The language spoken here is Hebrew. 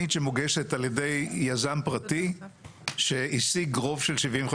פרטי בייזום פרטי להתרחש.